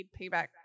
payback